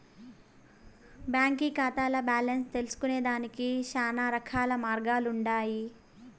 బాంకీ కాతాల్ల బాలెన్స్ తెల్సుకొనేదానికి శానారకాల మార్గాలుండన్నాయి